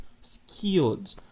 skilled